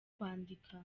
kwandika